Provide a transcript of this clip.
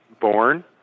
born